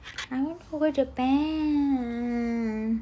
I want go japan